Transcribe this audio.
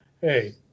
hey